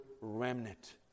remnant